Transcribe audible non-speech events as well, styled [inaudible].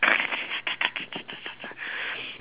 [laughs]